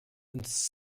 uns